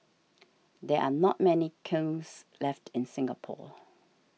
there are not many kilns left in Singapore